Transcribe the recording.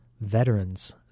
veterans